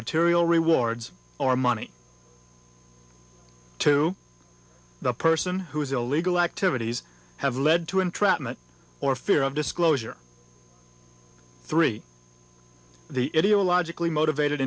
material rewards or money to the person whose illegal activities have led to entrapment or fear of disclosure three the idio logically motivated